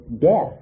death